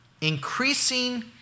increasing